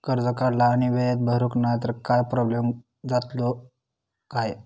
कर्ज काढला आणि वेळेत भरुक नाय तर काय प्रोब्लेम जातलो काय?